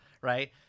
Right